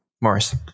Morris